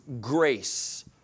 grace